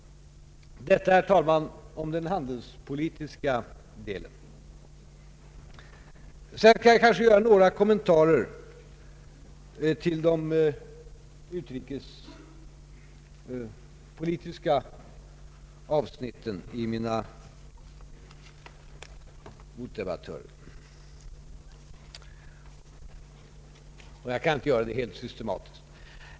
Detta, herr talman, om den handelspolitiska delen. Vidare vill jag göra några kommentarer med anledning av de utrikespolitiska avsnitten i mina motdebattörers inlägg. Jag kan inte göra detta helt systematiskt.